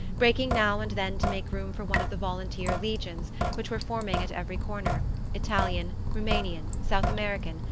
breaking now and then to make room for one of the volunteer legions which were forming at every corner italian, roumanian, south american,